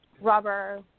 rubber